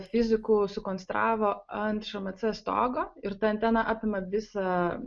fiziku sukonstravo ant šmc stogo ir ta antena apima visą